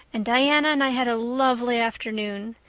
and diana and i had a lovely afternoon.